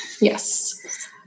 Yes